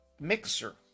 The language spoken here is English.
mixer